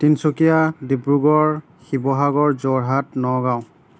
Tinsukia Dibrugarh Sivasagar Jorhat Nagaon